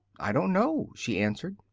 i don't know, she answered.